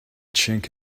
chink